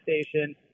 station